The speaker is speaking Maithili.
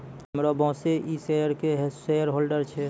हमरो बॉसे इ शेयर के शेयरहोल्डर छै